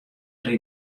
der